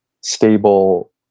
stable